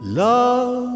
love